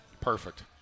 Perfect